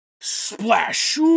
Splash